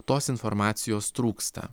tos informacijos trūksta